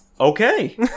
Okay